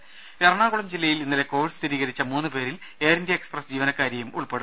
ദേദ എറണാകുളം ജില്ലയിൽ ഇന്നലെ കോവിഡ് സ്ഥിരീകരിച്ച മൂന്ന് പേരിൽ എയർ ഇന്ത്യ എക്സ്പ്രസ് ജീവനക്കാരിയും ഉൾപ്പെടുന്നു